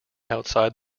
outside